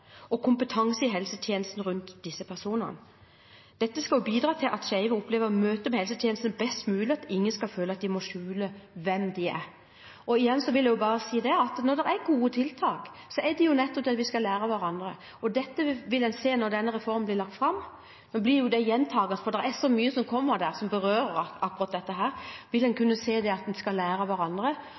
og kompetanse i helsetjenesten rundt disse personene. Dette skal bidra til at skeive opplever møtet med helsetjenesten best mulig, at ingen skal føle at de må skjule hvem de er. Igjen vil jeg si at når det er gode tiltak, er det nettopp da vi skal lære av hverandre. Dette vil en se når denne reformen blir lagt fram. Nå blir dette gjentakende, for det er så mye som kommer der, som berører akkurat dette. En vil kunne se at en skal lære av hverandre.